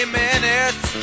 minutes